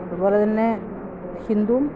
അതുപോലെത്തന്നെ ഹിന്ദു